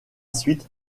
suite